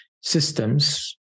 systems